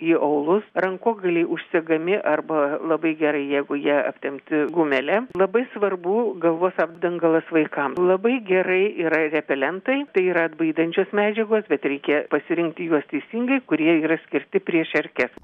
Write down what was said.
į aulus rankogaliai užsegami arba labai gerai jeigu jie aptempti gumele labai svarbu galvos apdangalas vaikam labai gerai yra repelentai tai yra atbaidančios medžiagos bet reikia pasirinkti juos teisingai kurie yra skirti prieš erkes